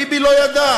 ביבי לא ידע.